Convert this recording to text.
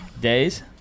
days